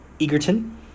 Egerton